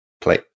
play